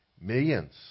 millions